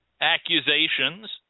Accusations